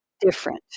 different